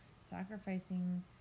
sacrificing